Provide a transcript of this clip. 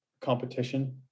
competition